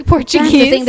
Portuguese